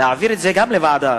להעביר את ההצעה לוועדה.